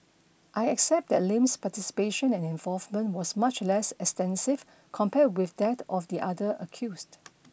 I accept that Lim's participation and involvement was much less extensive compared with that of the other accused